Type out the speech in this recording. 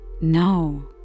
No